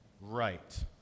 right